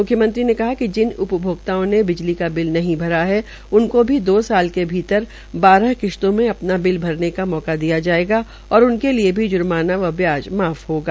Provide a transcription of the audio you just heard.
मुख्यमंत्री ने कहा कि जिन उपभोक्ताओं ने बिजली का बिल नहीं भरा है उनको भी दो साल के भीतर बारह किश्तों में अपना बिल भरने का मौका दिया जायेगा और उनके लिये भी जुर्माना व ब्याज माफ होगा